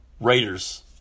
Raiders